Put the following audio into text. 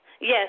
Yes